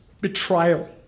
betrayal